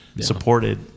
supported